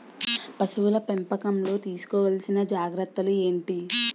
పశువుల పెంపకంలో తీసుకోవల్సిన జాగ్రత్త లు ఏంటి?